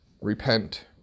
repent